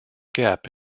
gap